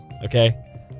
Okay